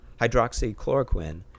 hydroxychloroquine